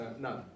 None